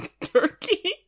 Turkey